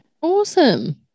awesome